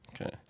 Okay